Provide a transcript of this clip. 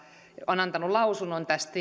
on antanut lausunnon tästä